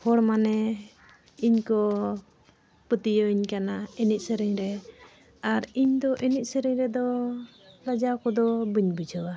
ᱦᱚᱲ ᱢᱟᱱᱮ ᱤᱧ ᱠᱚ ᱯᱟᱹᱛᱭᱟᱹᱣᱟᱹᱧ ᱠᱟᱱᱟ ᱮᱱᱮᱡᱼᱥᱮᱨᱮᱧ ᱨᱮ ᱟᱨ ᱤᱧᱫᱚ ᱮᱱᱮᱡᱼᱥᱮᱨᱮᱧ ᱨᱮᱫᱚ ᱞᱟᱡᱟᱣ ᱠᱚᱫᱚ ᱵᱟᱹᱧ ᱵᱩᱡᱷᱟᱹᱣᱟ